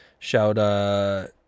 Shout